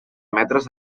metres